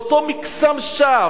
באותו מקסם שווא,